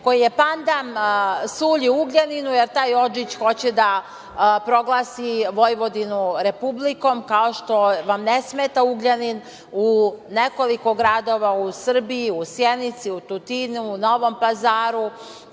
koji je pandam Sulji Ugljaninu, jer taj Odžić hoće da proglasi Vojvodinu republikom, kao što vam ne smeta Ugljanin u nekoliko gradova u Srbiji, u Sjenici, Tutinu, Novom Pazaru